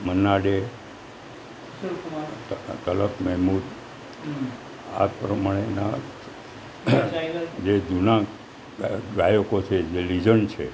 મન્નાડે તલત મહેમૂદ આ પ્રમાણેના જે જૂના ગાયકો છે જે લિજંડ છે